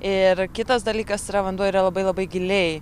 ir kitas dalykas yra vanduo yra labai labai giliai